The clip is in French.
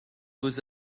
beaux